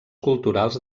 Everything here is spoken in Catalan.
culturals